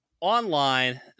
online